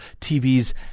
TV's